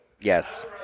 Yes